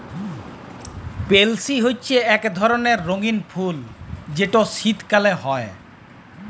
পেলসি হছে ইক ধরলের রঙ্গিল ফুল যেট শীতকাল হ্যয়